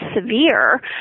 severe